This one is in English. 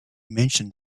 mention